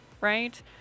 right